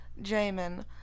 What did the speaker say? Jamin